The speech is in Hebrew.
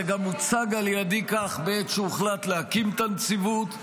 זה גם הוצג על ידי כך בעת שהוחלט להקים את הנציבות,